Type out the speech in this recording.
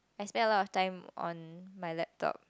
I spend a lot of time on my laptop